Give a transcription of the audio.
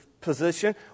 position